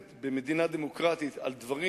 במדינה דמוקרטית אמירה מוחלטת על דברים